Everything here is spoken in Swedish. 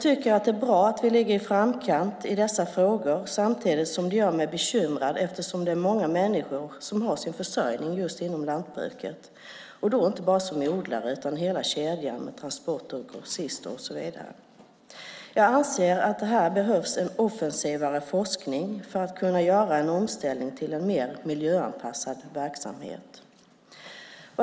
Det är bra att vi ligger i framkant i dessa frågor samtidigt som det gör mig bekymrad eftersom det är många människor som har sin försörjning just inom lantbruket, och då inte bara odlare utan människor inom hela kedjan med transporter, grossister och så vidare. Jag anser att det här behövs en offensivare forskning för att man ska kunna göra en omställning till en mer miljöanpassad verksamhet.